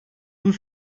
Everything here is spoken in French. tout